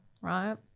right